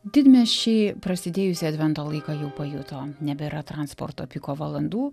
didmiesčiai prasidėjusį advento laiką jau pajuto nebėra transporto piko valandų